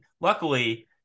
luckily